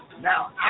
Now